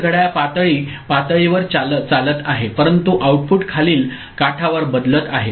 तर घड्याळ पातळी पातळीवर चालत आहे परंतु आउटपुट खालील काठावर बदलत आहे